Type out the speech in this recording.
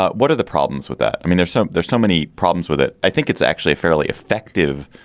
ah what are the problems with that. i mean there's so there's so many problems with it. i think it's actually fairly effective